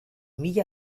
mila